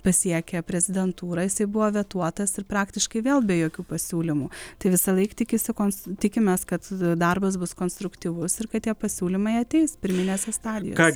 pasiekia prezidentūrą buvo vetuotas ir praktiškai vėl be jokių pasiūlymų tai visąlaik tikisi kons tikimės kad darbas bus konstruktyvus ir kad tie pasiūlymai ateis pirminėse stadijose